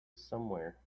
somewhere